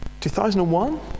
2001